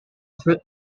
fruit